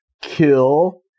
kill